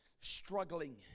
struggling